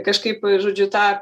kažkaip žodžiu tą